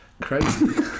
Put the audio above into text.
Crazy